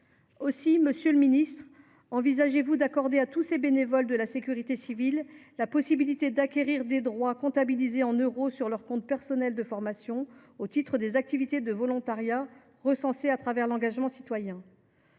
Monsieur le ministre, envisagez vous de permettre à tous ces bénévoles de sécurité civile d’acquérir des droits comptabilisés en euros sur le compte personnel de formation au titre des activités de volontariat recensées au travers de l’engagement citoyen ?